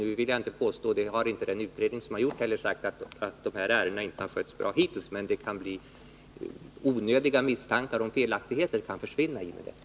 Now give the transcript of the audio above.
Nu vill jag inte påstå — och det har man inte heller sagt i den utredning som gjorts — att ärendena inte har skötts bra hittills, men onödiga misstankar om felaktigheter kan försvinna i och med detta.